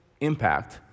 impact